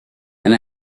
and